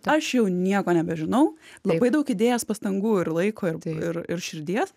aš jau nieko nebežinau labai daug įdėjęs pastangų ir laiko ir ir ir širdies